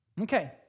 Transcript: Okay